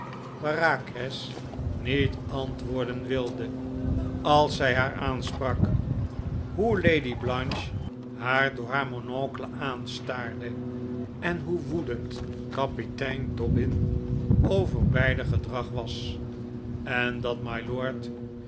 bareacres niet antwoorden wilde als zij haar aansprak hoe lady blanche haar door haar monocle aanstaarde en hoe woedend kapitein dobbin over beider gedrag was en dat